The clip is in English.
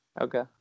Okay